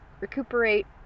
recuperate